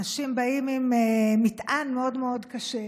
אנשים באים עם מטען מאד מאוד קשה,